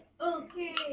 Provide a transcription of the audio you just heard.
Okay